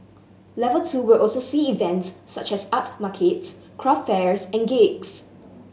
level two will also see events such as art markets craft fairs and gigs